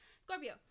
Scorpio